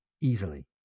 easily